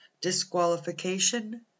Disqualification